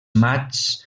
matxs